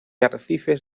arrecifes